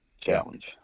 challenge